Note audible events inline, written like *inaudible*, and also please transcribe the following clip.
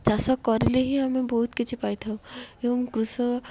ଚାଷ କରିଲେ ହିଁ ଆମେ ବହୁତ କିଛି ପାଇ ଥାଉ ଏବଂ *unintelligible*